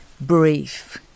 brief